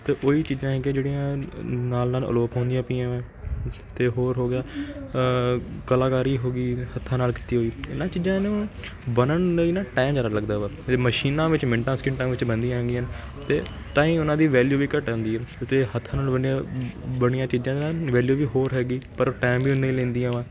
ਅਤੇ ਉਹੀ ਚੀਜ਼ਾਂ ਹੈਗੀਆਂ ਜਿਹੜੀਆਂ ਨਾਲ ਨਾਲ ਅਲੋਪ ਹੁੰਦੀਆਂ ਪਈਆਂ ਵਾਂ ਅਤੇ ਹੋਰ ਹੋ ਗਿਆ ਕਲਾਕਾਰੀ ਹੋ ਗਈ ਹੱਥਾਂ ਨਾਲ ਕੀਤੀ ਹੋਈ ਇਹਨਾਂ ਚੀਜ਼ਾਂ ਨੂੰ ਬਣਨ ਲਈ ਨਾ ਟਾਈਮ ਜ਼ਿਆਦਾ ਲੱਗਦਾ ਵਾ ਅਤੇ ਮਸ਼ੀਨਾਂ ਵਿੱਚ ਮਿੰਟਾਂ ਸਕਿੰਟਾਂ ਵਿੱਚ ਬਣਦੀਆਂ ਹੈਗੀਆਂ ਅਤੇ ਤਾਂ ਹੀ ਉਨ੍ਹਾਂ ਦੀ ਵੈਲਿਊ ਵੀ ਘੱਟ ਜਾਂਦੀ ਹੈ ਅਤੇ ਹੱਥਾਂ ਨਾਲ ਬਣਿਆ ਬਣੀਆਂ ਚੀਜ਼ਾਂ ਦੀ ਨਾ ਵੈਲਿਊ ਵੀ ਹੋਰ ਹੈਗੀ ਪਰ ਟਾਈਮ ਵੀ ਓਨਾ ਹੀ ਲੈਂਦੀਆਂ ਵਾਂ